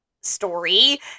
story